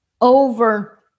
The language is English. over